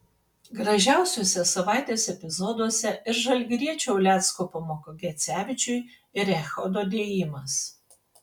gražiausiuose savaitės epizoduose ir žalgiriečio ulecko pamoka gecevičiui ir echodo dėjimas